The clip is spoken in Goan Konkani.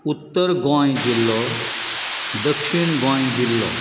उत्तर गोंय जिल्लो दक्षीण गोंय जिल्लो